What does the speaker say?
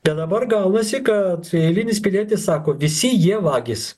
tai dabar gaunasi kad eilinis pilietis sako visi jie vagys